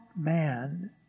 man